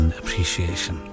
appreciation